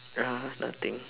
ya nothing